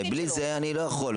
בלי זה אני לא יכול.